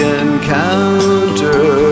encounter